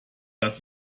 dass